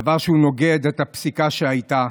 דבר שנוגד את הפסיקה שהייתה.